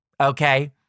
Okay